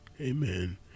Amen